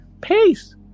Peace